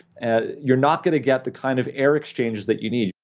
and you're not going to get the kind of air exchanges that you need,